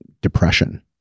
depression